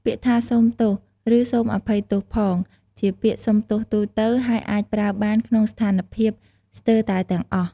ពាក្យថា សូមទោស ឬ សូមអភ័យទោសផង ជាពាក្យសុំទោសទូទៅ ហើយអាចប្រើបានក្នុងស្ថានភាពស្ទើរតែទាំងអស់។